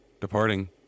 Departing